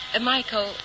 Michael